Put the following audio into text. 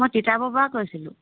মই তিতাবৰৰপৰা কৈছিলোঁ